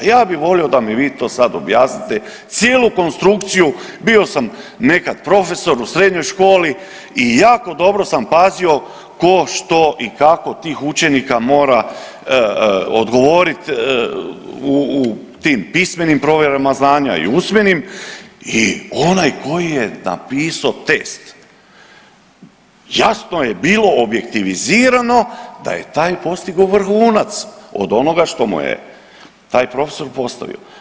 Ja bi volio da mi vi to sad objasnite, cijelu konstrukciju, bio sam nekad profesor u srednjoj školi i jako dobro sam pazio tko, što i kako od tih učenika mora odgovoriti u tim pismenim provjerama znanja i usmenim i onaj koji je napisao test, jasno je bilo objektivizirano da je taj postigao vrhunac, od onoga što mi je taj profesor postavio.